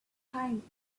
time